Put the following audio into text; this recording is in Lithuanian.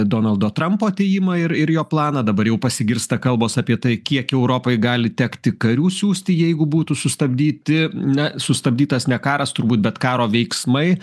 donaldo trampo atėjimą ir ir jo planą dabar jau pasigirsta kalbos apie tai kiek europai gali tekti karių siųsti jeigu būtų sustabdyti na sustabdytas ne karas turbūt bet karo veiksmai